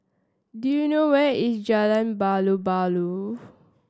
do you know where is Jalan